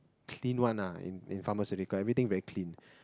clean one ah in in pharmaceutical everything very clean